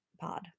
pod